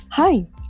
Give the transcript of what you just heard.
Hi